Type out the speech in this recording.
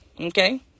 okay